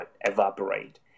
evaporate